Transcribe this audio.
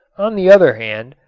on the other hand,